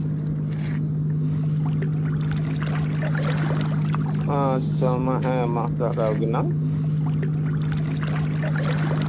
ᱟᱪᱪᱷᱟ ᱢᱟ ᱦᱮᱸ ᱢᱟ ᱥᱟᱨᱦᱟᱣ ᱜᱮ ᱱᱟᱝ